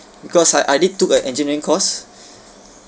because I I did took a engineering course